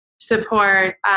support